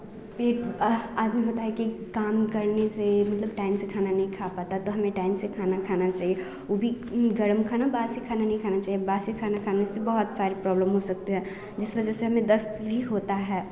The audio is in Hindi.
पेट अह आदमी होता है कि काम करने से टाइम से खाना नहीं खा पाता तो हमे टाइम से खाना खाना चाहिए उ भी गर्म खाना बासी खाना नहीं खाना चाहिए बासी खाना खाने से बहुत सारे प्रॉब्लम हो सकते हैं जिस वजह से हमें दस्त भी होता है